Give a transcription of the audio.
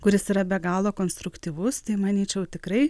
kuris yra be galo konstruktyvus tai manyčiau tikrai